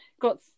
Got